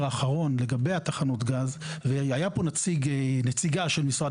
האחרון לגבי תחנות הגז והייתה כאן נציגה של משרד